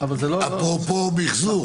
אפרופו מחזור.